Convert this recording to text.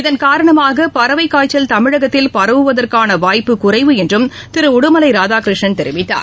இதன்காரணமாக பறவைக் காய்ச்சல் தமிழகத்தில் பரவுவதற்கான வாய்ப்பு குறைவு என்றும் திரு உடுமலை ராதாகிருஷ்ணன் தெரிவித்தார்